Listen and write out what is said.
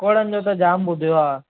पकौड़नि जो त जाम ॿुधियो आहे